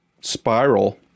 spiral